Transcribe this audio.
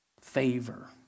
favor